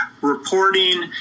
reporting